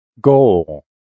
Goal